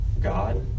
God